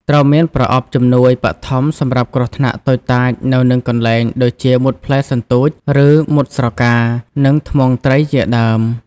ត្រូវមាន ប្រអប់ជំនួយ បឋម សម្រាប់គ្រោះថ្នាក់តូចតាចនៅនឹងកន្លែងដូចជាមុតផ្លែសន្ទូល ឬ មុតស្រកា និងធ្មង់ត្រីជាដើម។